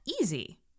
easy